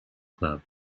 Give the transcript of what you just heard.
club